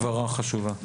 הבהרה חשובה.